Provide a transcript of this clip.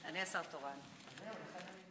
ששמו "דוח גיוון וייצוג בשירות המדינה